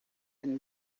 been